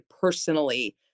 personally